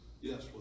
Yes